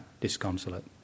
disconsolate